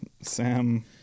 Sam